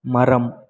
மரம்